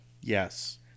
yes